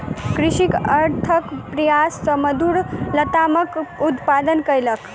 कृषक अथक प्रयास सॅ मधुर लतामक उत्पादन कयलक